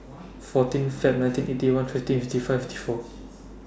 fourteen Feb nineteen Eighty One fifteen fifty five fifty four